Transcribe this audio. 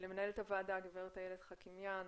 למנהלת הוועדה גברת איילת חאקימיאן,